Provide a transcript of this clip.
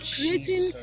creating